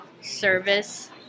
service